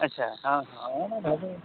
ᱟᱪᱪᱷᱟ ᱦᱮᱸ ᱦᱮᱸ ᱦᱳᱭ ᱵᱷᱟᱜᱮ